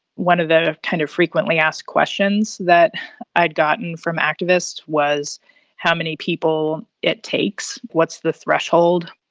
one of the kind of frequently asked questions that i'd gotten from activists was how many people it takes what's the threshold?